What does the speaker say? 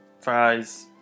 fries